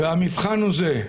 והמבחן הוא זה: